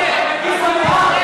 אתם.